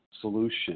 solution